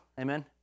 amen